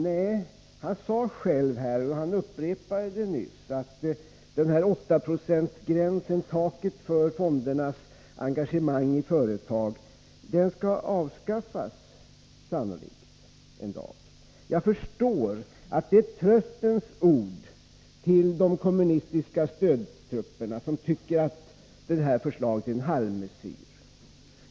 Nej, han sade själv tidigare och upprepade nyss att 8-procentsgränsen, dvs. taket för fondernas engagemang i företagen, sannolikt skall avskaffas en dag. Jag förstår att det är tröstens ord till de kommunistiska stödtrupperna, som tycker att förslaget är en halvmesyr.